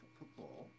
football